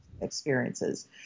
experiences